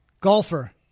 golfer